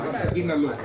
אמסגנלהו.